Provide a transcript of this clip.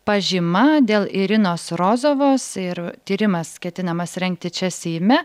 pažyma dėl irinos rozovos ir tyrimas ketinamas rengti čia seime